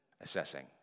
assessing